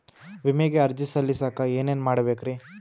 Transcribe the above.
ವಿಮೆಗೆ ಅರ್ಜಿ ಸಲ್ಲಿಸಕ ಏನೇನ್ ಮಾಡ್ಬೇಕ್ರಿ?